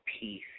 peace